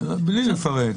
בלי לפרט.